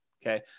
Okay